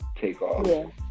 Takeoff